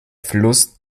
fluss